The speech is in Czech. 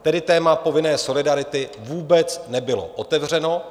Tedy téma povinné solidarity vůbec nebylo otevřeno.